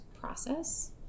process